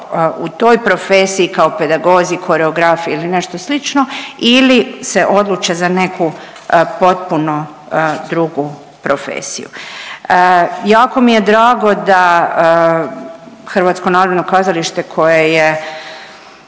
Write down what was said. u toj profesiji kao pedagozi, koreograf ili nešto slično ili se odluče za neku potpuno drugu profesiju. Jako mi je drago da HNK koje je bilo čiji je